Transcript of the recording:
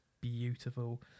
beautiful